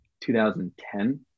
2010